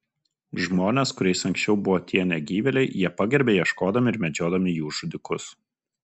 žmones kuriais anksčiau buvo tie negyvėliai jie pagerbia ieškodami ir medžiodami jų žudikus